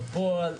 בפועל,